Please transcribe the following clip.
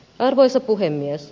arvoisa puhemies